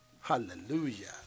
Hallelujah